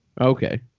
okay